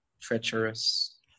treacherous